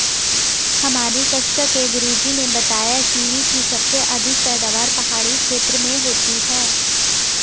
हमारी कक्षा के गुरुजी ने बताया कीवी की सबसे अधिक पैदावार पहाड़ी क्षेत्र में होती है